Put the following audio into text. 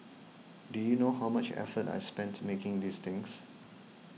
do you know how much effort I spent making these things